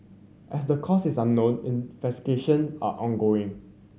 as the cause is unknown investigation are ongoing